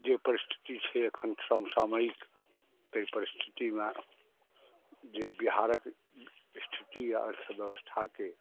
जे परिस्थिति छै एखन समसामायिक एहि परिस्थितिमे जे बिहारक स्थिति अछि अर्थव्यवस्थाके